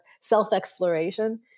self-exploration